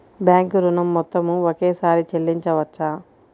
Bank ఋణం మొత్తము ఒకేసారి చెల్లించవచ్చా?